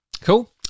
Cool